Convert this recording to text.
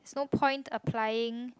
no point applying